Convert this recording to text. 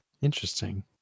Interesting